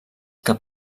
que